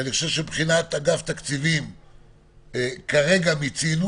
מבחינת אגף תקציבים כרגע מיצינו.